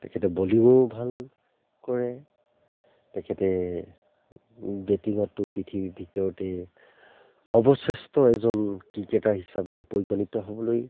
তেখেতে বলিঙো ভাল কৰে তেখেতে বেটিঙতো পৃথিৱীৰ ভিতৰতে সৰ্বশ্ৰেষ্ঠ এজন ক্ৰিকেটাৰ হিচাপে পৰিগণিত হ'বলৈ